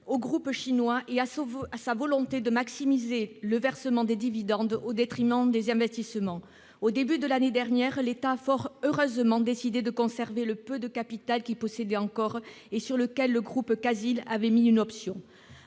au groupe chinois et à sa volonté de maximiser le versement des dividendes au détriment des investissements. Au début de l'année dernière, l'État, fort heureusement, a décidé de conserver le peu de capital qu'il possédait encore et sur lequel le groupe Casil Europe avait pris une option.